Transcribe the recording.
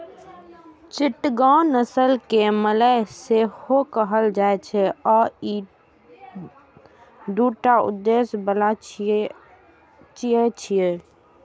चिटगांव नस्ल कें मलय सेहो कहल जाइ छै आ ई दूटा उद्देश्य बला चिड़ै छियै